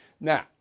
Now